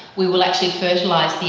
we will actually fertilise